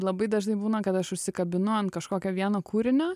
labai dažnai būna kad aš užsikabinu ant kažkokio vieno kūrinio